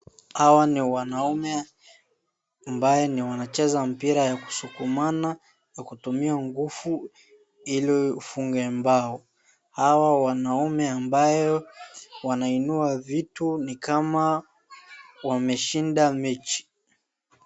Hawa ni wanaume ambaye wanacheza mpira ya kusukumana na kutumia nguvu ili ufunge bao. Hawa wanaume ambayo wanainua vitu ni kama wameshinda mechi.